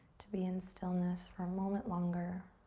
to be in stillness for a moment longer.